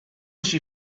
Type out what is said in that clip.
she